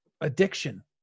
addiction